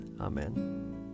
Amen